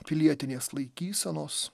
pilietinės laikysenos